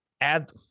add